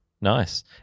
nice